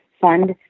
fund